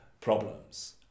problems